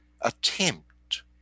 attempt